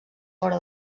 fora